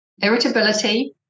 Irritability